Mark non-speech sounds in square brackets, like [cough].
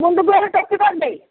[unintelligible]